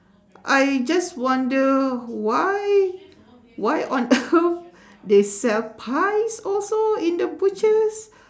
I just wonder why why on earth they sell pies also in the butcher's